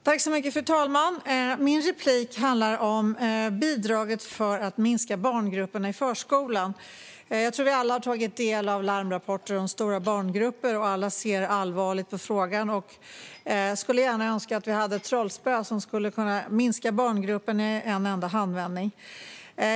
Fru talman! Min replik handlar om bidraget för att minska barngrupperna i förskolan. Jag tror att vi alla har tagit del av larmrapporter om stora barngrupper, och alla ser allvarligt på frågan. Jag skulle önska att vi hade ett trollspö som skulle kunna minska barngrupperna i en enda handvändning.